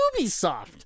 Ubisoft